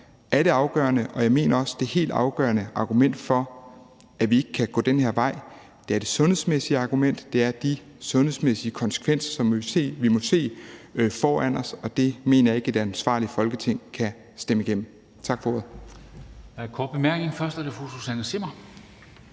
er det afgørende argument – og også det helt afgørende argument, mener jeg – for, at vi ikke kan gå den her vej, er det sundhedsmæssige argument; det er de sundhedsmæssige konsekvenser, som vi må se foran os. Så det mener jeg ikke at et ansvarligt Folketing kan stemme igennem. Tak for ordet.